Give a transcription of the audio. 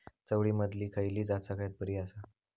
चवळीमधली खयली जात सगळ्यात बरी आसा?